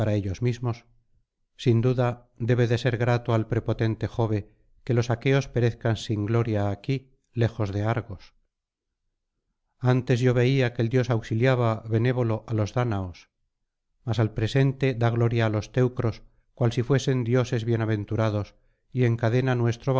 ellos mismos sin duda debe de ser grato al prepotente jove que los aqueos perezcan sin gloria aquí lejos de argos antes yo veía que el dios auxiliaba benévolo á los dáñaos mas al presente da gloria á los teucros cual si fuesen dioses bienaventurados y encadena